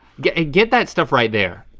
get get that stuff right there.